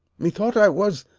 methought i was,